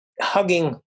hugging